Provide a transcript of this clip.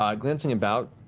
um glancing about,